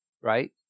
right